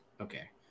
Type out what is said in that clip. okay